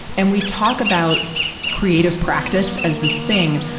and we talk about creative practice as this thing,